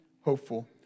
hopeful